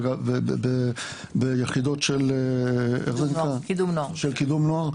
וביחידות של קידום נוער,